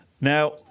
Now